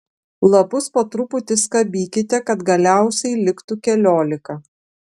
lapus po truputį skabykite kad galiausiai liktų keliolika